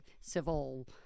civil